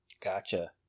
Gotcha